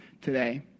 today